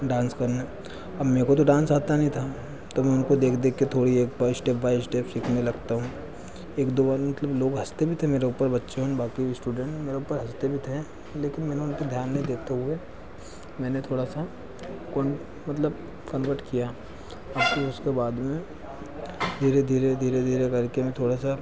dance करने अब मुझको तो डांस आता नहीं तो मैं उनको देख देख के थोड़ी प स्टेप बाई स्टेप सीखने लगता हूँ एक दो बार मतलब लोग हँसते भी थे मेरे ऊपर बच्चों बाकी स्टूडेंट मेरे ऊपर हँसते भी थे लेकिन मैंने उनकी ध्यान नहीं देते हुए मैंने थोड़ा सा कौन मतलब कन्वर्ट किया बाकी उसको बाद में धीरे धीरे धीरे धीरे करके मैं थोड़ा सा